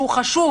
שהוא חשוב